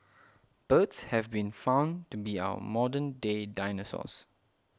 birds have been found to be our modern day dinosaurs